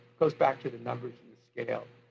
goes back to the numbers and the scale.